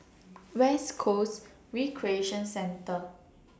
West Coast Recreation Centre